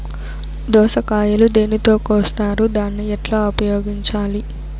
దోస కాయలు దేనితో కోస్తారు దాన్ని ఎట్లా ఉపయోగించాలి?